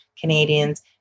Canadians